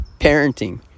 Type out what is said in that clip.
parenting